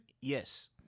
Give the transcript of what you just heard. Yes